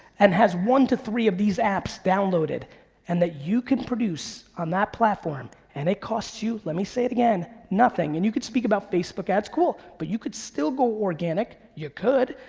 and has one to three of these apps downloaded and that you can produce on that platform and it costs you, let me say it again, nothing, and you can speak about facebook ads, cool, but you could still go organic. you could.